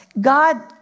God